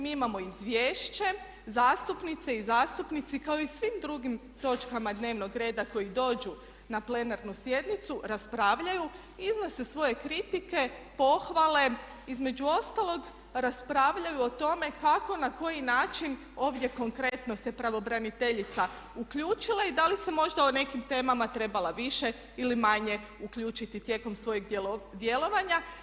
Mi imamo izvješće, zastupnice i zastupnici kao i u svim drugim točkama dnevnog reda koji dođu na plenarnu sjednicu, raspravljaju, iznose svoje kritike, pohvale, između ostalog raspravljaju o tome kako na koji način ovdje se konkretno pravobraniteljica uključila i da li se možda u nekim temama trebala više ili manje uključiti tijekom svojeg djelovanja.